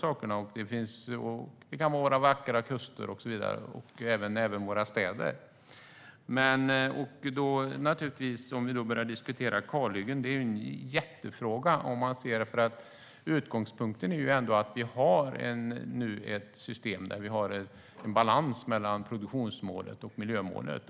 De kommer även hit för att uppleva våra vackra kuster och även våra städer. Frågan om kalhyggen är jättestor. Utgångspunkten är ändå att vi nu har ett system där vi har en balans mellan produktionsmålet och miljömålet.